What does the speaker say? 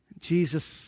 Jesus